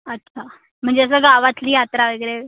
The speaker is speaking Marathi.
अच्छा म्हणजे असं गावातली यात्रा वगैरे